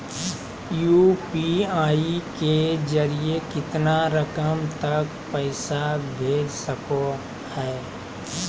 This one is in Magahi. यू.पी.आई के जरिए कितना रकम तक पैसा भेज सको है?